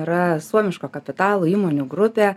yra suomiško kapitalo įmonių grupė